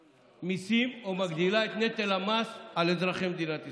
מיסים או מגדילה את נטל המס על אזרחי מדינת ישראל,